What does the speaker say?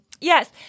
Yes